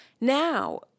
Now